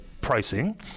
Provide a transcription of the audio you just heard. pricing